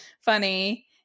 funny